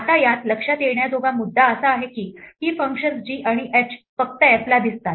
आता यात लक्षात घेण्याजोगा मुद्दा असा आहे की ही फंक्शन्स g आणि h फक्त f ला दिसतात